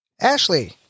Ashley